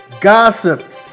gossip